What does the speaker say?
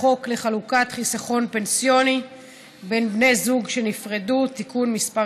החוק לחלוקת חיסכון פנסיוני בין בני זוג שנפרדו (תיקון מס'